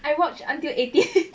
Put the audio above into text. I watch until eighteen